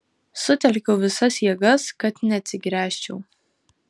sutelkiau visas jėgas kad neatsigręžčiau